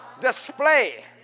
display